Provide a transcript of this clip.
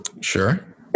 Sure